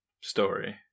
story